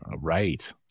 Right